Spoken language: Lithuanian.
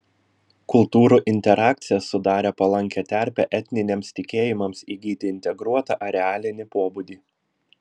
kultūrų interakcija sudarė palankią terpę etniniams tikėjimams įgyti integruotą arealinį pobūdį